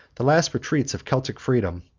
the last retreats of celtic freedom,